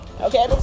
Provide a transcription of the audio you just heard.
Okay